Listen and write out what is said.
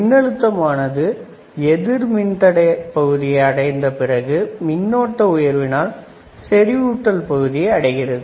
மின்னழுத்தம் ஆனது எதிர் மின்தடை பகுதியை அடைந்தபிறகு மின்னோட்ட உயர்வினால் செறிவூட்டல் பகுதியை அடைகிறது